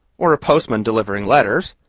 or a postman delivering letters,